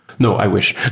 no. i wish.